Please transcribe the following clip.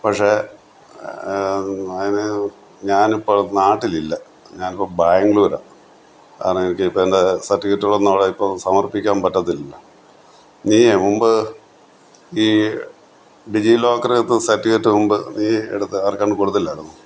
പക്ഷെ അതിനു ഞാൻ ഇപ്പോൾ നാട്ടിൽ ഇല്ല ഞാനിപ്പോൾ ബാംഗ്ലുരാണ് അതാണ് എനിക്കിപ്പോൾ എൻ്റെ സർട്ടിഫിക്കറ്റുകളൊന്നും അവിടെ സമർപ്പിക്കാൻ പറ്റത്തില്ലല്ലോ നീയ്യെ മുൻപ് ഈ ഡിജി ലോക്കറിനകത്ത് സർട്ടിഫിക്കറ്റ് മുൻപ് നീ എടുത്ത് ആർക്കാണ്ട് കൊടുത്തില്ലായിരുന്നോ